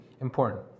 important